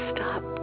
Stop